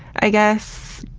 i guess,